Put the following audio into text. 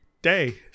day